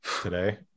today